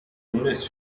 مونس